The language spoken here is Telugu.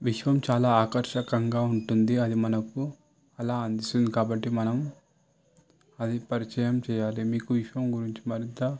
విశ్వం చాలా ఆకర్షకంగా ఉంటుంది అది మనకు అలా అంతుంది కాబట్టి మనం అది పరిచయం చేయాలి మీకు విశ్వం గురించి మరింత